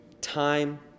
time